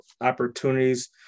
opportunities